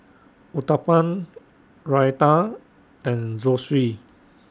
Uthapam Raita and Zosui